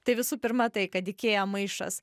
tai visų pirma tai kad ikea maišas